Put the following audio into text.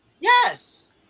Yes